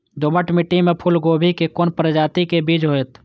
दोमट मिट्टी में फूल गोभी के कोन प्रजाति के बीज होयत?